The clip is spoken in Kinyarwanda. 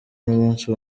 n’umunsi